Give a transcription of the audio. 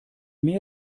mehr